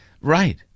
Right